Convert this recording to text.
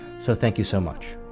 so, thank you so much